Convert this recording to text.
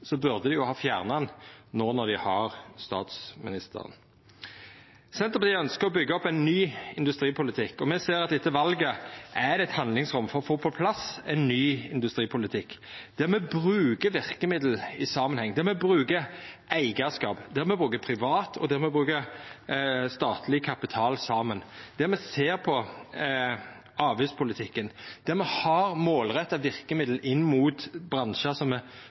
burde dei har fjerna han no når dei har statsministeren. Senterpartiet ønskjer å byggja opp ein ny industripolitikk, og me ser at etter valet er det eit handlingsrom for å få på plass ein ny industripolitikk, der me bruker verkemidla i samanheng, der me brukar eigarskap, der me bruker privat og statleg kapital saman, der me ser på avgiftspolitikken, der me har målretta verkemiddel inn mot bransjar som